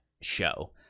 show